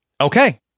Okay